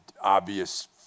obvious